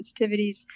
sensitivities